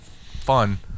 fun